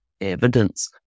evidence